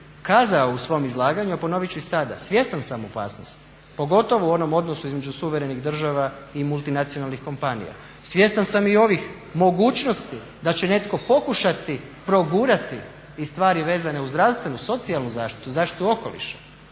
kazao u svom izlaganju, a ponovit ću i sada, svjestan sam opasnosti pogotovo u onom odnosu između suverenih država i multinacionalnih kompanija. Svjestan sam i ovih mogućnosti da će netko pokušati progurati i stvari vezane uz zdravstvenu, socijalnu zaštitu, zaštitu okoliša,